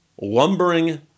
lumbering